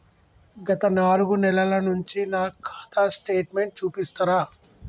గత నాలుగు నెలల నుంచి నా ఖాతా స్టేట్మెంట్ చూపిస్తరా?